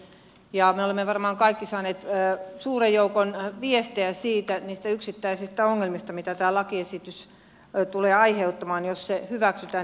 me olemme varmaan kaikki saaneet suuren joukon viestejä niistä yksittäisistä ongelmista mitä tämä lakiesitys tulee aiheuttamaan jos se hyväksytään eduskunnassa